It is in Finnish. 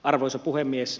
arvoisa puhemies